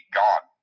gone